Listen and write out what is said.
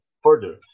further